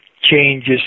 changes